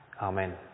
Amen